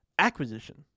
Acquisition